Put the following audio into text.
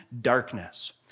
darkness